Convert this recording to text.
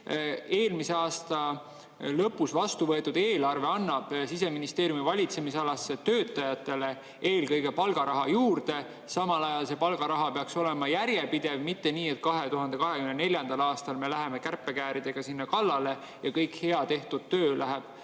eelmise aasta lõpus vastu võetud eelarve annab Siseministeeriumi valitsemisalasse töötajatele eelkõige palgaraha juurde, samal ajal see palgaraha peaks olema järjepidev, mitte nii, et 2024. aastal me läheme kärpekääridega sinna kallale ja kõik hea tehtud töö läheb